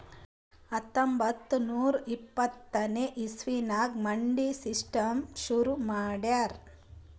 ಹತ್ತೊಂಬತ್ತ್ ನೂರಾ ಇಪ್ಪತ್ತೆಂಟನೇ ಇಸವಿದಾಗ್ ಮಂಡಿ ಸಿಸ್ಟಮ್ ಶುರು ಮಾಡ್ಯಾರ್